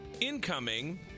incoming